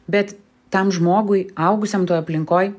bet tam žmogui augusiam toj aplinkoj